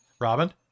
Robin